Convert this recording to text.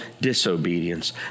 disobedience